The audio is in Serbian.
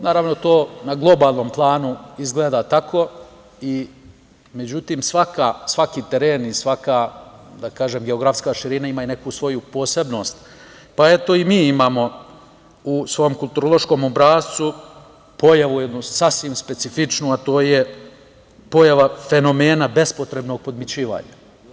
Naravno, to na globalnom planu izgleda tako, međutim, svaki teren i svaka geografska širina ima i neku svoju posebnost, pa eto i mi imamo u svom kulturološkom obrascu pojavu jednu, sasvim specifičnu, a to je pojava fenomena bespotrebnog podmićivanja.